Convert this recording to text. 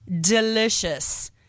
delicious